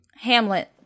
Hamlet